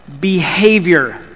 behavior